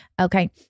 Okay